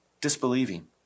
disbelieving